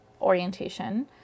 orientation